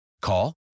Call